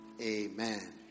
Amen